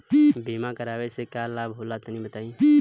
बीमा करावे से का लाभ होला तनि बताई?